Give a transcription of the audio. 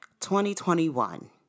2021